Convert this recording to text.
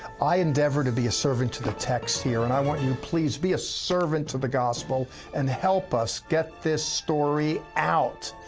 i endeavor to be a servant to the text here, and i want you please be a servant to the gospel and help us get this story out.